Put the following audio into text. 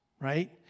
right